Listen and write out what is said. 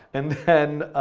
and then,